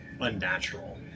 unnatural